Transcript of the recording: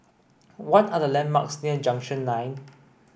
what are the landmarks near Junction nine